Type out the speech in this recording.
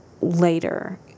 later